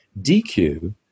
DQ